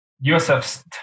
USF's